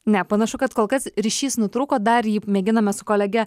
ne panašu kad kol kas ryšys nutrūko dar jį mėginame su kolege